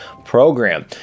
program